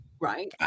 Right